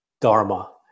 dharma